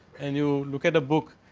and you look at the book,